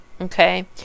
Okay